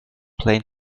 plane